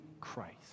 Christ